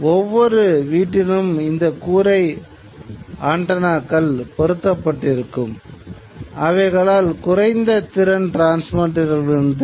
இந்த இரண்டிற்கும் உள்ள வித்தியாசம் என்னவென்றால் முதல் வகையான நிலப்பரப்பு ஒளிபரப்பில் உள்ளூர் நிலையங்கள் இருக்கும்